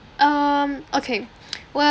um okay well